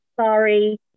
sorry